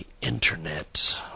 Internet